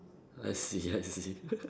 I see I see